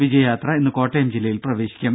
വിജയയാത്ര ഇന്ന് കോട്ടയം ജില്ലയിൽ പ്രവേശിക്കും